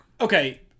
Okay